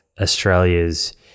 Australia's